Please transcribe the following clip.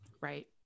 Right